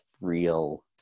real